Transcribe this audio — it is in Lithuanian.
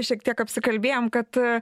šiek tiek apsikalbėjom kad